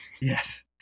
Yes